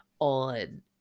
on